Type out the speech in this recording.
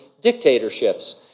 dictatorships